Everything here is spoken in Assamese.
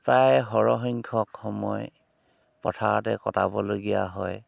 প্ৰায় সৰহ সংখ্যক সময় পথাৰতে কটাবলগীয়া হয়